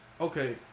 okay